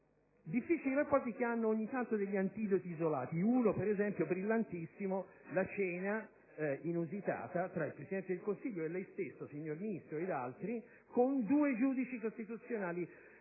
Difficili rapporti che hanno ogni tanto degli antidoti isolati. Uno ad esempio, brillantissimo, è la cena inusitata tra il Presidente del Consiglio, lei stesso, signor Ministro, ed altri con due giudici costituzionali,